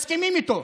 מסכימים איתו.